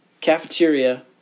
cafeteria